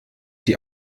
die